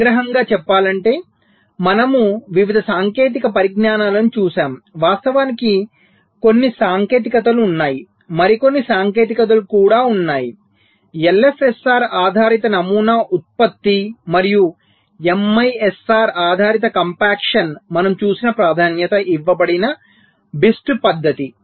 సంగ్రహంగా చెప్పాలంటే మనము వివిధ సాంకేతిక పరిజ్ఞానాలను చూశాము వాస్తవానికి కొన్ని సాంకేతికతలు ఉన్నాయి మరికొన్ని సాంకేతికతలు కూడా ఉన్నాయి LFSR ఆధారిత నమూనా ఉత్పత్తి మరియు MISR ఆధారిత కంప్యాక్షన్ మనం చూసిన ప్రాధాన్యత ఇవ్వబడిన BIST పద్ధతి